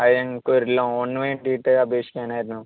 ആ ഞങ്ങൾക്കൊരു ലോൺന് വേണ്ടീട്ട് അപേക്ഷിക്കാനായിരുന്നു